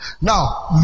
Now